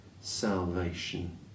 salvation